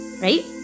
right